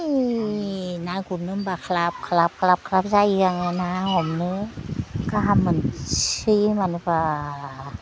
ए ना गुरनो होमब्ला ख्लाब ख्लाब ख्लाब ख्लाब जायो आङो ना हमनो गाहाम मोनसोयो मानोबा